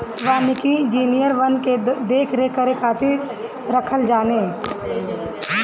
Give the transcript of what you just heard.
वानिकी इंजिनियर वन के देख रेख करे खातिर रखल जाने